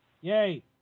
Yay